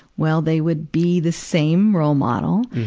well, they would be the same role model.